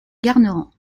garnerans